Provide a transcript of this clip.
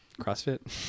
CrossFit